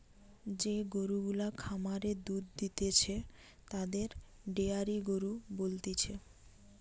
যে গরু গুলা খামারে দুধ দিতেছে তাদের ডেয়ারি গরু বলতিছে